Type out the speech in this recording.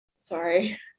sorry